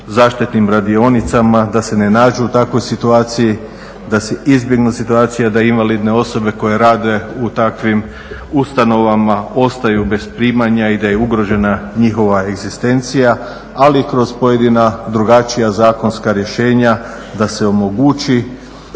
zaštitnim radionicama da se ne nađu u takvoj situaciji, da se izbjegne situacija da invalidne osobe koje rade u takvim ustanovama ostaju bez primanja i da je ugrožena njihova egzistencija ali kroz pojedina drugačija zakonska rješenja da se omogući